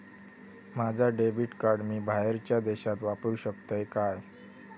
माझा debit card मी बाहेरच्या देशात वापरू शकतय काय?